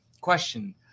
question